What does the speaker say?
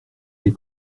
des